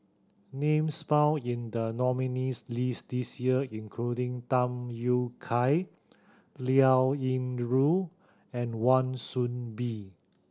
names found in the nominees' list this year including Tham Yui Kai Liao Yingru and Wan Soon Bee